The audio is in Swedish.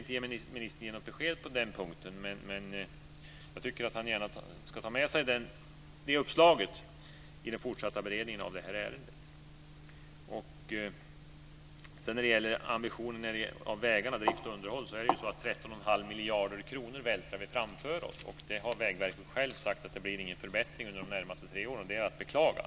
Nu ville ministern inte ge något besked på den punkten. Jag tycker att han ska ta med sig det uppslaget i den fortsatta beredningen av ärendet. När det gäller ambitionen för drift och underhåll av vägarna vältrar vi 13 1⁄2 miljarder kronor framför oss. Vägverket har sagt att det inte blir någon förbättring under de närmaste tre åren. Det är att beklaga.